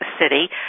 city